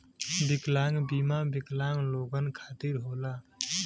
विकलांग बीमा विकलांग लोगन खतिर होला